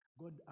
God